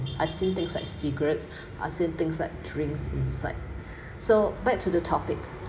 I've seen things like cigarettes I've seen things like drinks inside so back to the topic